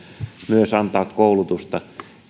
antaa koulutusta